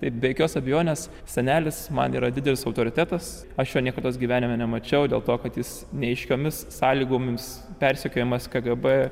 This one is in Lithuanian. ir be jokios abejonės senelis man yra didelis autoritetas aš jo niekados gyvenime nemačiau dėl to kad jis neaiškiomis sąlygomis persekiojamas kgb